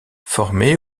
formé